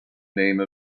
name